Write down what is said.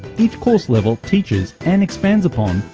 each course level teaches and expands upon,